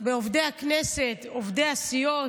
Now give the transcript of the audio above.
בעובדי הכנסת, עובדי הסיעות,